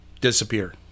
disappear